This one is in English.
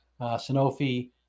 Sanofi